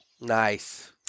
Nice